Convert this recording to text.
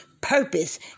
purpose